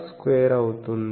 83Aλ02 అవుతుంది